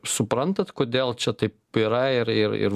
suprantat kodėl čia taip yra ir ir ir